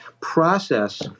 process